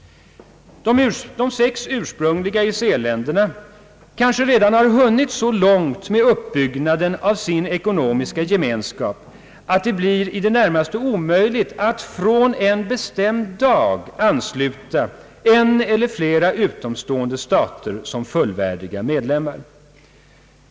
De sex ursprungliga EEC-länderna kan redan ha hunnit så långt med uppbyggnaden av sin ekonomiska gemenskap att det blir i det närmaste omöjligt att från och med en bestämd dag ansluta en eller flera utomstående stater som fullvärdiga medlemmar.